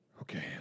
Okay